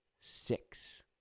Six